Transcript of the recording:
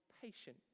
patient